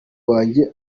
wanjye